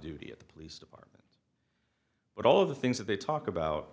duty at the police department but all of the things that they talk about